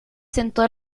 sentó